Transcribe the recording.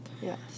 yes